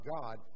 God